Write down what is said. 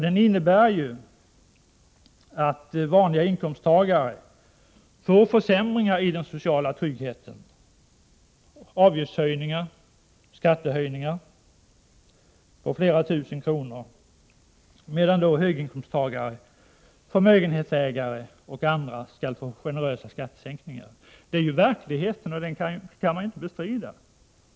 Det innebär ju att vanliga inkomsttagare får försämringar i den sociala tryggheten liksom avgiftshöjningar och skattehöjningar på flera tusen kronor, medan höginkomsttagare, förmögenhetsägare och liknande får generösa skattesänkningar. Detta är verkligheten, och den kan man inte bestrida.